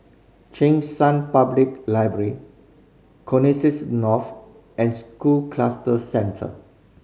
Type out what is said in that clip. Cheng San Public Library Connexis North and School Cluster Centre